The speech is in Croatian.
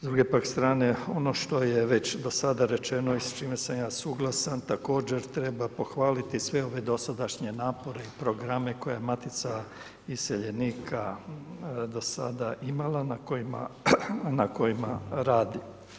S druge pak strane ono što je već do sada rečeno i s čime sam ja suglasan također treba pohvaliti sve ove dosadašnje napore i programe koje je Matica iseljenika do sada imala, na kojima radi.